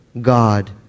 God